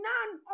None